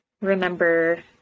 remember